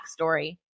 backstory